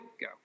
Go